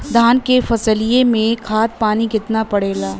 धान क फसलिया मे खाद पानी कितना पड़े ला?